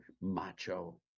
macho